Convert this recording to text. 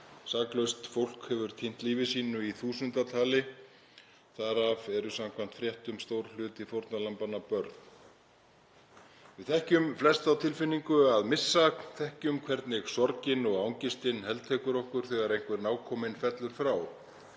Saklaust fólk hefur týnt lífi sínu í þúsundatali. Þar af er samkvæmt fréttum stór hluti fórnarlambanna börn. Við þekkjum flest þá tilfinningu að missa, þekkjum hvernig sorgin og angistin heltekur okkur þegar einhver nákominn fellur frá.